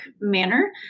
manner